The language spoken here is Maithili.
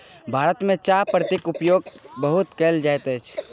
भारत में चाह पत्तीक उपयोग बहुत कयल जाइत अछि